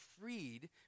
freed